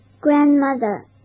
Grandmother